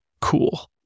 cool